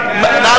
נא